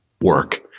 work